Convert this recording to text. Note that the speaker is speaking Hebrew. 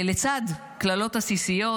לצד קללות עסיסיות,